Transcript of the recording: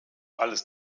alles